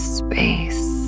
space